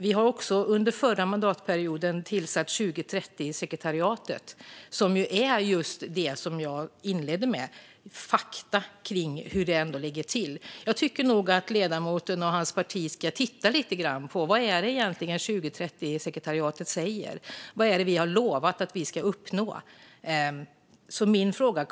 Vi har också under den förra mandatperioden tillsatt 2030-sekretariatet, som just är, som jag inledde med, fakta kring hur det ligger till. Jag tycker nog att ledamoten och hans parti ska titta lite grann på vad 2030-sekretariatet egentligen säger.